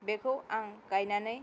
बेखौ आं गायनानै